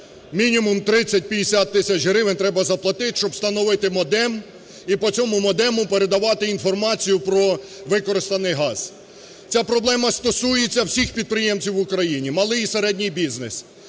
мінімум 30-50 тисяч гривень треба заплатити, щоб встановити модем і по цьому модему передавати інформацію про використаний газ. Ця проблема стосується всіх підприємців в Україні, малий і середній бізнес,